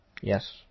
Yes